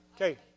Okay